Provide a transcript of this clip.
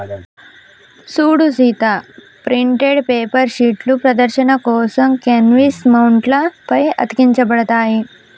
సూడు Sita printed paper షీట్లు ప్రదర్శన కోసం కాన్వాస్ మౌంట్ల పై అతికించబడతాయి